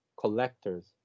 collectors